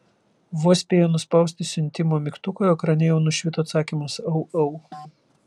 vos spėjo nuspausti siuntimo mygtuką o ekrane jau nušvito atsakymas au au